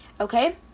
okay